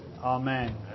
Amen